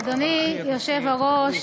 אדוני היושב-ראש,